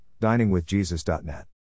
diningwithjesus.net